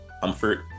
comfort